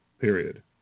Period